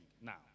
now